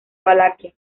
valaquia